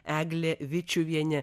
eglė vičiuvienė